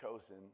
chosen